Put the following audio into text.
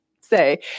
say